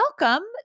welcome